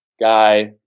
guy